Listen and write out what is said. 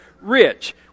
rich